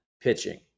pitching